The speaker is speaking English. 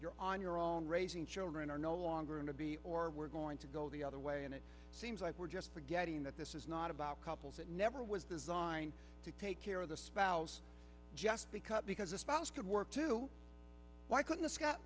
you're on your own raising children are no longer in a b or we're going to go the other way and it seems like we're just forgetting that this is not about couples it never was designed to take care of the spouse just because because a spouse could work two why couldn't